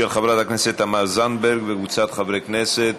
של חברת הכנסת תמר זנדברג וקבוצת חברי הכנסת.